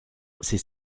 ses